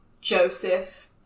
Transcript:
Joseph